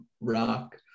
rock